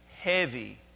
heavy